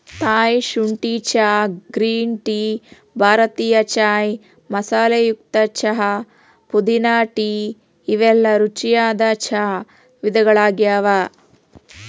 Thai ಶುಂಠಿ ಚಹಾ, green tea, ಭಾರತೇಯ ಚಾಯ್ ಮಸಾಲೆಯುಕ್ತ ಚಹಾ, ಪುದೇನಾ ಟೇ ಇವೆಲ್ಲ ರುಚಿಯಾದ ಚಾ ವಿಧಗಳಗ್ಯಾವ